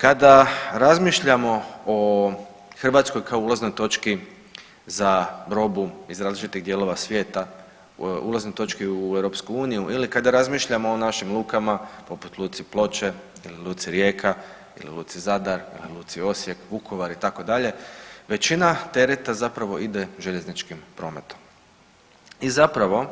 Kada razmišljamo o Hrvatskoj kao ulaznoj točki za robu iz različitih dijelova svijeta, ulaznoj točki u EU ili kada razmišljamo o našim lukama, poput luci Ploče, ili luci Rijeka ili luci Zadar, luci Osijek, Vukovar itd., većina tereta zapravo ide željezničkim prometom i zapravo